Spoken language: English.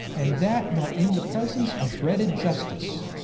and that not in the presence of dreaded justice,